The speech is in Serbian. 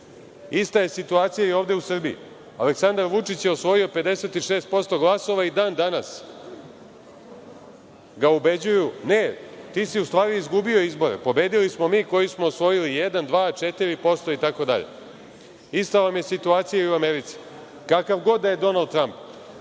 Ista je situacija i ovde u Srbiji. Aleksandar Vučić je osvojio 56% glasova i dan danas ga ubeđuju – ne, ti si u stvari izgubio izbore, pobedili smo mi koji smo osvojili 1%, 2%, 4% itd. Ista vam je situacija i u Americi. Kakav god da je Donald Tramp,